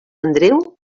andreu